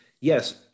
yes